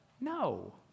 no